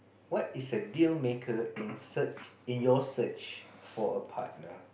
what is a dealmaker in search in your search for a partner